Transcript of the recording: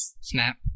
snap